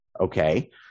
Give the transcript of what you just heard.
Okay